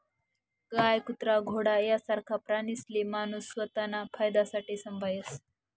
गाय, कुत्रा, घोडा यासारखा प्राणीसले माणूस स्वताना फायदासाठे संभायस